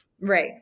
right